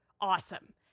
awesome